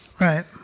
Right